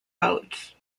boats